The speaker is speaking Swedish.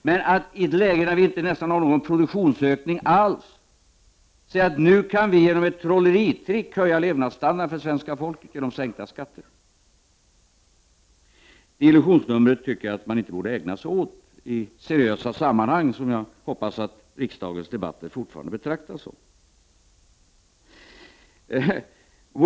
Men att i ett läge där vi nästan inte har någon produktionsökning alls säga att vi genom ett trolleritrick kan höja levnadsstandarden för svenska folket genom att sänka skatterna, det är ett illusionsnummer som man enligt min mening inte bör ägna sig åt i seriösa sammanhang. Och jag hoppas att riksdagens debatter fortfarande betraktas som seriösa sammanhang.